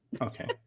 Okay